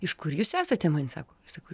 iš kur jūs esate man sako sakau